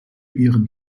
ihren